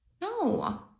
no